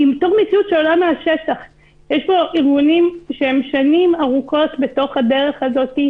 יש פה ארגונים ששנים רבות בדרך הזאת,